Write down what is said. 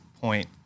point